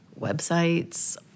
websites